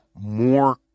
more